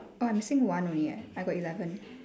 oh I missing one only eh I got eleven